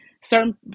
certain